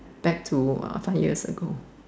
back to five years ago